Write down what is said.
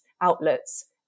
outlets